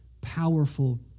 powerful